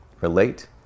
relate